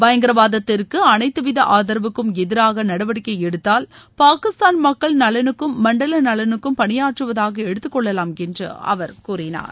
பயங்கரவாதத்திற்கு அனைத்துவித ஆதரவுக்கும் எதிராக நடவடிக்கை எடுத்தால் பாகிஸ்தான் மக்கள் நலனுக்கும் மண்டல நலனுக்கும் பணியாற்றுவதாக எடுத்துக்கொள்ளலாம் என்று அவர் கூறினார்